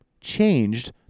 changed